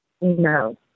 No